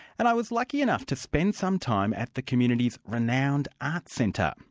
and i was lucky enough to spend some time at the community's renowned art centre.